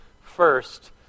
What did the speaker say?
first